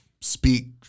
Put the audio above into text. speak